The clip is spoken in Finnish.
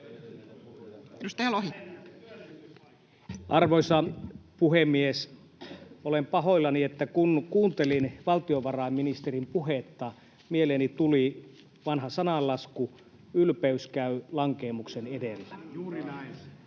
Arvoisa puhemies! Olen pahoillani, että kun kuuntelin valtiovarainministerin puhetta, mieleeni tuli vanha sananlasku ”ylpeys käy lankeemuksen edellä”. Politiikan